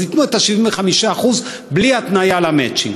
אז ייתנו את ה-75% בלי התניה של מצ'ינג.